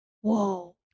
Whoa